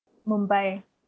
mumbai